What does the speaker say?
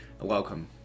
Welcome